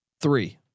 Three